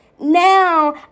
Now